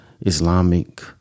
Islamic